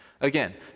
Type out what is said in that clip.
again